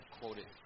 quoted